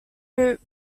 group